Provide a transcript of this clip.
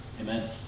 amen